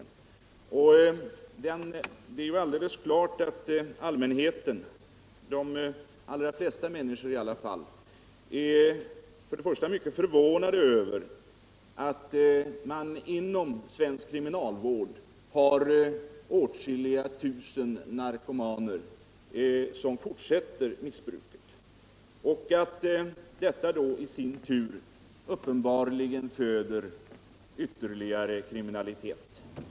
Det är också alldeles klart att allmänheten, eler i varje fall de allra flesta människor, är mycket förvånade över att man inom svensk kriminalvård har åtskilliga tusen narkomaner som fortsätter missbruket, och att detta i sin tur uppenbarligen föder ytterligare kriminalitet.